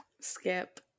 Skip